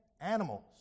animals